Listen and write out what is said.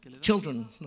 children